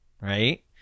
right